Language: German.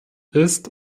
ist